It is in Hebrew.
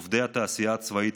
עובדי התעשייה הצבאית,